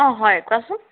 অ হয় কোৱাচোন